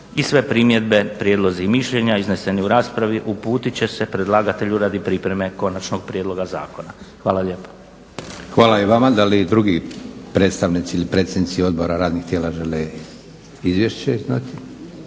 i sve primjedbe, prijedlozi i mišljenja izneseni u raspravi uputit će se predlagatelju radi pripreme konačnog prijedloga zakona. Hvala lijepa. **Leko, Josip (SDP)** Hvala i vama. Da li drugi predstavnici ili predsjednici odbora radnih tijela žele izvješće?